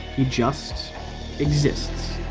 he just exists.